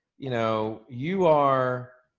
you know, you are,